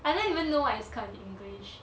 I don't even know what it's called in english